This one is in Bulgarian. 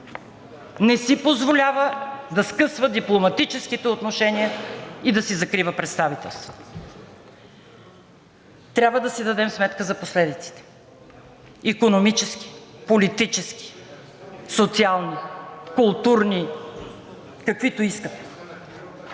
не си позволява да скъсва дипломатическите отношения и да си закрива представителствата. Трябва да си дадем сметка за последиците – икономически, политически, социални, културни, каквито искате.